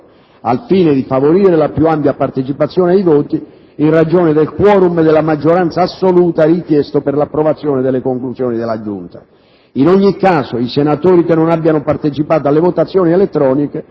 al fine di favorire la più ampia partecipazione ai voti, in ragione del *quorum* della maggioranza assoluta richiesto per l'approvazione delle conclusioni della Giunta. In ogni caso, i senatori che non abbiano partecipato alle votazioni elettroniche